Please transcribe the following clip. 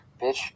bitch